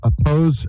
oppose